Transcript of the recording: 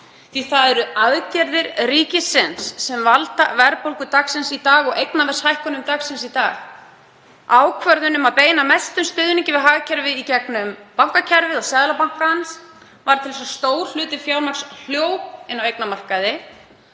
að það eru aðgerðir ríkisins sem valda verðbólgu dagsins í dag og eignaverðshækkunum dagsins í dag. Ákvörðun um að beina mestum stuðningi við hagkerfið í gegnum bankakerfið og Seðlabankann varð til þess að stór hluti fjármagns hljóp inn á eignamarkaði